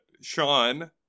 Sean